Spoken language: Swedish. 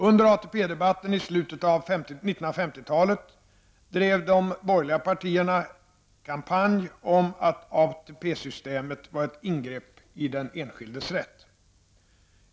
Under ATP-debatten i slutet av 1950-talet drev de borgerliga partierna kampanj om att ATP-systemet var ett ingrepp i den enskildes rätt.